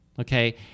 okay